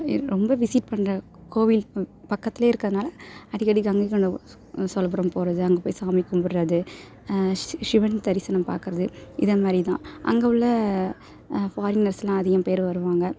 இது ரொம்ப விசிட் பண்ணுற கோவில் பக்கத்திலே இருக்கிறதுனால அடிக்கடி கங்கைகொண்ட சோ சோழபுரம் போகிறது அங்கே போய் சாமி கும்புடுறது சி சிவன் தரிசனம் பார்க்கறது இதை மாதிரி தான் அங்கே உள்ள ஃபாரினர்ஸ்லாம் அதிகம் பேர் வருவாங்கள்